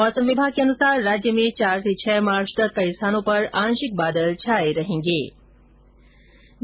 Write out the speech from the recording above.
मौसम विभाग के अनुसार राज्य में चार से छह मार्च तक कई स्थानों पर आंशिक बादल छाये रहने की संभावना है